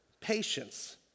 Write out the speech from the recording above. Patience